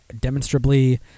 demonstrably